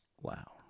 Wow